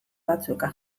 batzuk